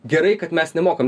gerai kad mes nemokam